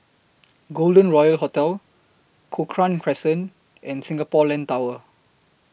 Golden Royal Hotel Cochrane Crescent and Singapore Land Tower